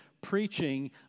preaching